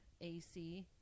AC